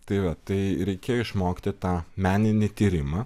tai va tai reikia išmokti tą meninį tyrimą